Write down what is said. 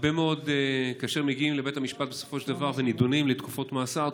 הרבה מאוד מגיעים לבית המשפט בסופו של דבר ונידונים לתקופות מאסר,